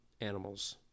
animals